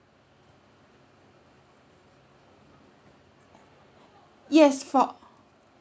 yes for